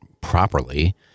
properly